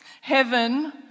heaven